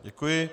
Děkuji.